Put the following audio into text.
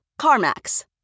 CarMax